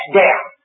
down